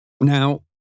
Now